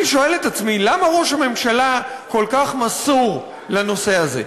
אני שואל את עצמי: למה ראש הממשלה כל כך מסור לנושא הזה?